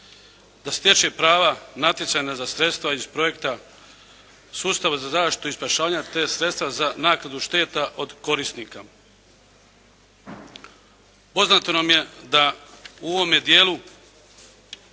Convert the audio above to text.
da stječe prava natjecanja za sredstva iz projekta sustava za zaštitu i spašavanja, te sredstva za naknadu šteta od korisnika. Poznato nam je da u ovome dijelu